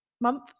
month